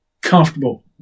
Comfortable